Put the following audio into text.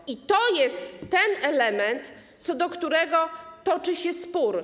I to jest ten element, co do którego toczy się spór.